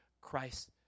Christ